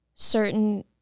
Certain